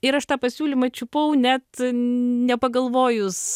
ir aš tą pasiūlymą čiupau net nepagalvojus